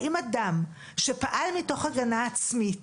האם אדם שפעל מתוך הגנה עצמית,